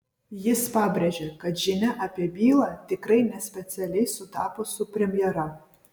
jis pabrėžė kad žinia apie bylą tikrai ne specialiai sutapo su premjera